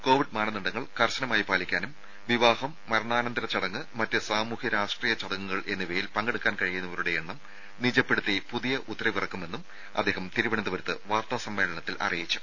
Covid മാനദണ്ഡങ്ങൾ കർശനമായി പാലിക്കാനും വിവാഹം മരണാനന്തര ചടങ്ങ് മറ്റ് സാമൂഹ്യ രാഷ്ട്രീയ ചടങ്ങുകൾ എന്നിവയിൽ പങ്കെടുക്കാൻ കഴിയുന്നവരുടെ എണ്ണം നിജപ്പെടുത്തി പുതിയ ഉത്തരവിറക്കുമെന്ന് അദ്ദേഹം തിരുവനന്തപുരത്ത് വാർത്താ സമ്മേളനത്തിൽ അറിയിച്ചു